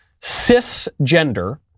cisgender